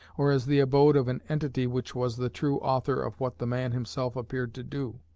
or as the abode of an entity which was the true author of what the man himself appeared to do.